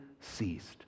ceased